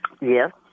Yes